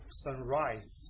sunrise